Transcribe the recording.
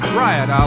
riot